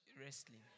wrestling